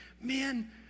man